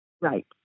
Right